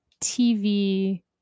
TV